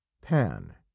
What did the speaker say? pan